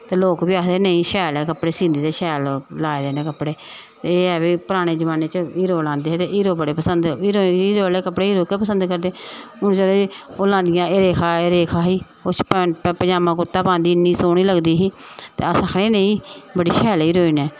ते लोक बी आखदे नेईं शैल ऐ कपड़े सींदी ते शैल लाए दे इनें कपड़े ते एह् ऐ भाई पराने जमान्ने च हीरो लांदे हे ते हीरो बड़े पसंद हीरो हीरो आह्ले कपड़े गै पसंद करद हून जेह्ड़े ओह् लांदियां रेखा एह् रेखा ही ओह् पजामा कुर्ता पांदी इन्नी सोह्नी लगदी ही ते अस आखने नेईं बड़ी शैल हीरोइन ऐ